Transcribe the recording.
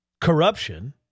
corruption